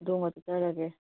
ꯑꯗꯣꯝꯒ ꯆꯠꯆꯔꯒꯦ